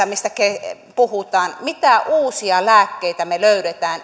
mistä puhutaan mitä uusia lääkkeitä me löydämme